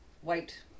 white